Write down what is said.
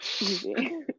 Easy